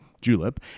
Julep